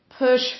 push